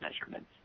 measurements